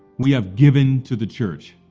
we have given to the church.